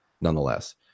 nonetheless